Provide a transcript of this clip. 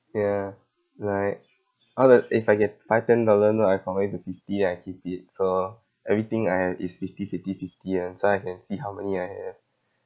ya like I will if I get five ten dollar note I convert it to fifty and I keep it so everything I have is fifty fifty fifty ah so I can see how many I have then once I have enough right ya